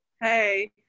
Hey